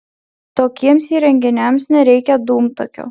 tokiems įrenginiams nereikia dūmtakio